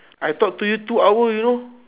I talk to you two hour you know